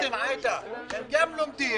הם גם לומדים,